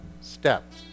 step